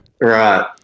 Right